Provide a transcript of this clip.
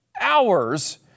hours